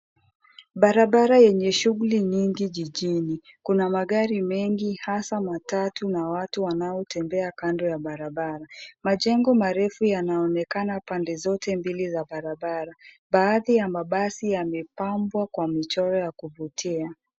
Barabara yenye shughuli nyingi jijini kuna magari mengi hasa matatu na watu wanaotembea kando ya barabara. Majengo marefu yanaonekana pande zote mbili za barabara. Baadhi ya mabasi yamepambwa kwa michoro ya kuvutia.